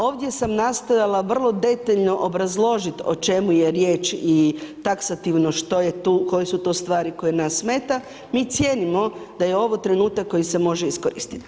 Ovdje sam nastojala vrlo detaljno obrazložit o čemu je riječ i taksativno što je tu, koje su tu stvari koje nas smeta, mi cijenimo da je ovo trenutak koji se može iskoristit.